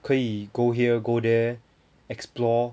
可以 go here go there explore